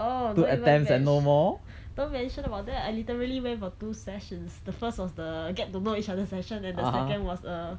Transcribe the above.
oh don't even menti~ don't mention about that I literally went for two sessions the first was the get to know each other session and the second was a